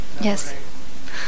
Yes